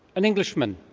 an englishman,